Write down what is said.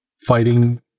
fighting